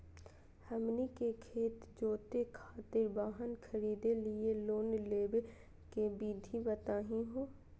हमनी के खेत जोते खातीर वाहन खरीदे लिये लोन लेवे के विधि बताही हो?